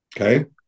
okay